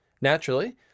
Naturally